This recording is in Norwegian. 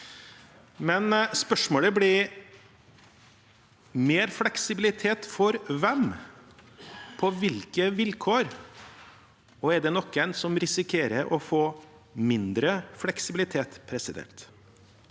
Men spørsmålet blir: Mer fleksibilitet for hvem, på hvilke vilkår – og er det noen som risikerer å få mindre fleksibilitet? Høyresidens